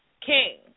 king